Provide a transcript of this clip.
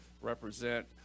represent